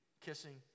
kissing